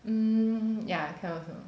um yeah kind of you know